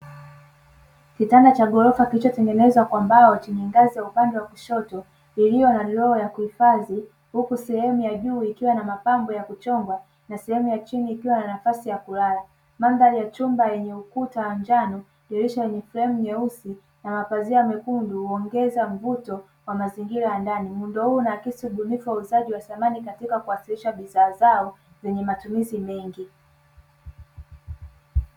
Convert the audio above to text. Kitanda cha ghorofa kilichotengenezwa kwa mbao, chenye ngazi upande wa kushoto iliyo na droo za kuhifadhi, huku sehemu ya juu ikiwa na mapambo ya kuchonga na sehemu ya chini ikiwa na nafasi ya kulala. Mandhari ya chumba yenye ukuta wa njano, dirisha lenye sehemu nyeusi na mapazia mekundu huongeza mvuto wa mazingira ya ndani. Muundo huu unaakisi ubunifu wa uuzaji wa samani katika kuwasilisha bidhaa zao zenye matumizi mengi.